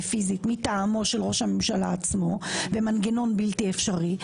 ופיזית מטעמו של ראש הממשלה עצמו במנגנון בלתי אפשרי,